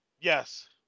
Yes